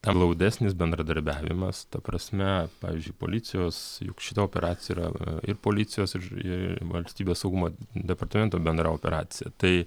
glaudesnis bendradarbiavimas ta prasme pavyzdžiui policijos juk šita operacija yra ir policijos ir ir valstybės saugumo departamento bendra operacija tai